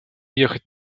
ехать